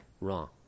wrong